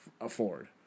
Afford